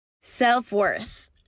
Self-worth